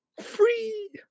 Free